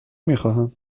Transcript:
میخواهم